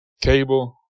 cable